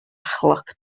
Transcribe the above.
chloc